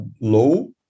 low